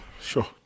sure